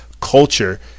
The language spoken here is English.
culture